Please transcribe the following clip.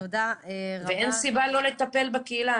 ואין סיבה לא לטפל בקהילה,